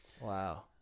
Wow